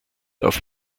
auf